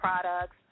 products